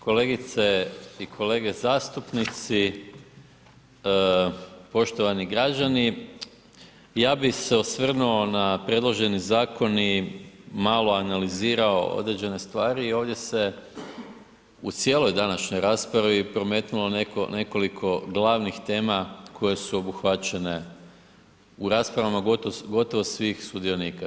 Kolegice i kolege zastupnici, poštovani građani, ja bi se osvrnuo na predloženi zakon i malo analizirao određene stvari, ovdje se u cijeloj današnjoj raspravi prometnulo neko, nekoliko glavnih tema koje su obuhvaćene u raspravama, gotovo svih sudionika.